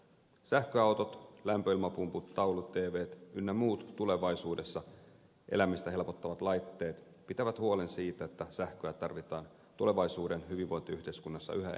sähköautot lämpöilmapumput taulu tvt ynnä muut tulevaisuudessa elämistä helpottavat laitteet pitävät huolen siitä että sähköä tarvitaan tulevaisuuden hyvinvointiyhteiskunnassa yhä enenevässä määrin